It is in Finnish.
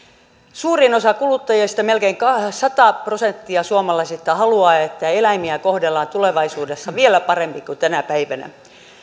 suurin osa kuluttajista melkein sata prosenttia suomalaisista haluaa että eläimiä kohdellaan tulevaisuudessa vielä paremmin kuin tänä päivänä